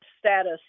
Status